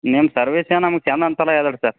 ಇನ್ನೇನು ಸರ್ವಿಸೇ ನಮಗೆ ಚೆಂದ ಅಂತಲ್ಲ ಹೇಳಿರಿ ಸರ್